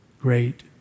great